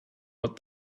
what